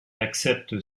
accepte